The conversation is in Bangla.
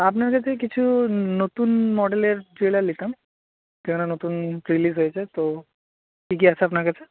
আপনার কাছে কিছু নতুন মডেলের জুয়েলার নিতাম কেন না নতুন রিলিজ হয়েছে তো কী কী আছে আপনার কাছে